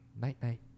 Night-night